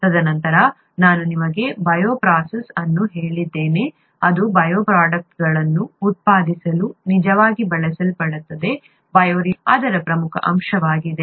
ತದನಂತರ ನಾನು ನಿಮಗೆ ಬಯೋ ಪ್ರೋಸೆಸ್ ಅನ್ನು ಹೇಳಿದ್ದೇನೆ ಅದು ಬಯೋಪ್ರೊಡಕ್ಟ್ಗಳನ್ನು ಉತ್ಪಾದಿಸಲು ನಿಜವಾಗಿ ಬಳಸಲ್ಪಡುತ್ತದೆ ಬಯೋರಿಯಾಕ್ಟರ್ ಅದರ ಪ್ರಮುಖ ಅಂಶವಾಗಿದೆ